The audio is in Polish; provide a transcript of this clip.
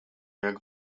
jak